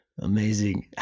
Amazing